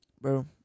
Bro